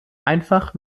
einfach